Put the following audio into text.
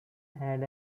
had